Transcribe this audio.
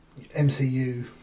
MCU